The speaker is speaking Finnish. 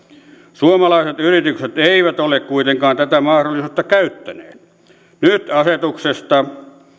suomalaiset yritykset eivät ole kuitenkaan tätä mahdollisuutta käyttäneet nyt asetuksesta